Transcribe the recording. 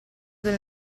del